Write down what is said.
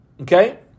Okay